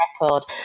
Record